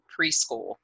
preschool